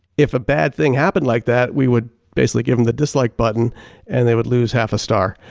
if a bad thing happened like that, we would basically give them the dislike button and they would lose half a star.